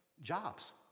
jobs